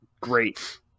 great